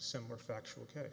similar factual ca